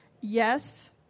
Yes